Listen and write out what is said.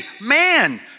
man